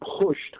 pushed